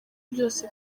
byose